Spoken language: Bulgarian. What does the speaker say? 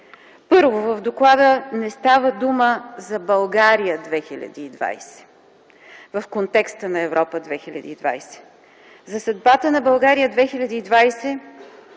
Първо, в доклада не става дума за „България 2020” в контекста на „Европа 2020”. За съдбата на „България 2020”